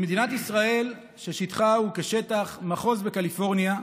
במדינת ישראל, ששטחה הוא כשטח מחוז בקליפורניה,